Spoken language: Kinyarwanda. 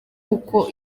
uko